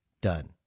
Done